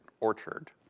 Orchard